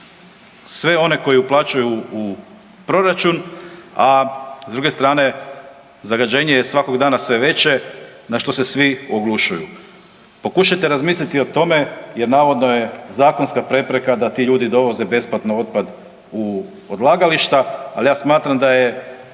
sve one koji uplaćuju u proračun, a s druge strane zagađenje je svakog dana sve veće na što se svi oglušuju. Pokušajte razmisliti o tome jer navodno je zakonska prepreka da ti ljudi dovoze besplatno otpad u odlagališta, ali ja smatram da je